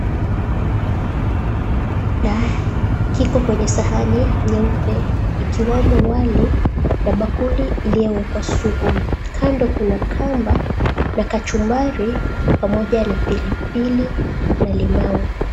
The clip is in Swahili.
Kiko kwenye sahani nyeupe ikiwemo wali na bakuli iliyowekwa supu. Kando kuna kamba na kachumbari pamoja na pilipili na limau.